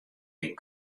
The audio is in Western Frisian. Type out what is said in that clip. gjin